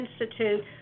institute